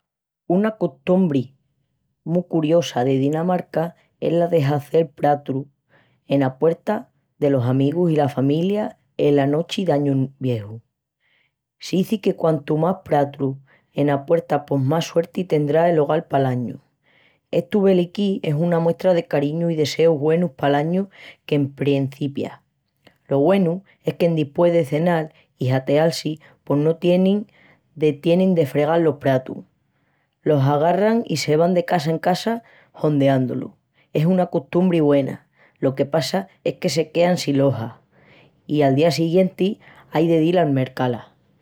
Una costumbri mu curiosa en Dinamarca es la de çaleal pratus ena puerta delos amigus i la familia ena Nochi d'Añu Vieju. S'izi que quantu más pratus ena puerta pos más suerti tendrá el hogal pal añu. Estu velequí es una muestra de cariñu i deseus güenus pal añu qu'emprencipia. Lo güenu es que endispués de cenal i hateal-si pos no tienin de tienin de fregal los pratus. Los agarran i se van de casa en casa hondeandu-lus. Es una costumbri güena, lo que passa es que se quean sin loça i al día siguienti ai de dil a mercá-la.